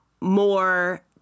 more